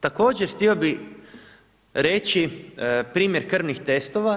Također, htio bih reći primjer krvnih testova.